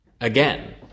again